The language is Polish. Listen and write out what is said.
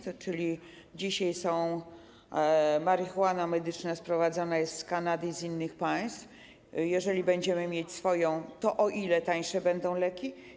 Chodzi o to, że dzisiaj marihuana medyczna sprowadzana jest z Kanady i z innych państw, a jeżeli będziemy mieć swoją, to o ile tańsze będą leki?